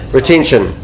Retention